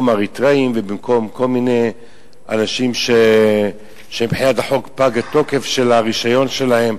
אריתריאים ובמקום כל מיני אנשים שמבחינת החוק פג התוקף של הרשיון שלהם,